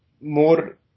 more